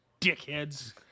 dickheads